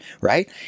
Right